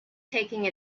taking